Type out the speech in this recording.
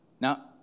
Now